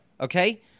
Okay